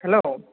hello